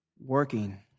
working